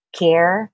care